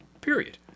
period